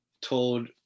told